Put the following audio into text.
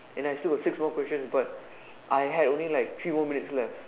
and I still got six more question but I had only like three more minute left